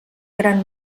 gran